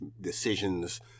decisions